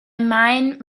mind